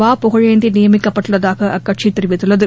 வா புகழேந்தி நியமிக்கப்பட்டுள்ளதாக அக்கட்சி தெரிவித்குள்ளது